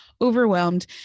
overwhelmed